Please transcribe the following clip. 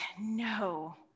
no